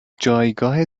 جایگاه